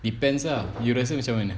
depends lah you rasa macam mana